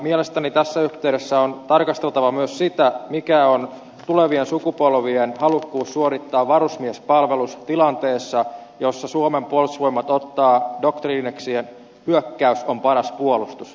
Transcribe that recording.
mielestäni tässä yhteydessä on tarkasteltava myös sitä mikä on tulevien sukupolvien halukkuus suorittaa varusmiespalvelus tilanteessa jossa suomen puolustusvoimat ottaa doktriinikseen hyökkäys on paras puolustus